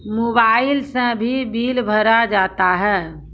Mobile से भी bill भरा जाता हैं?